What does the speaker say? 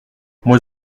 moi